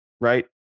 right